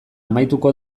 amaituko